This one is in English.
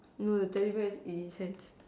no the teddy bear is eighty cents